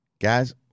guys